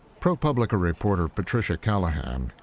propublica reporter patricia callahan,